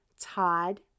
Todd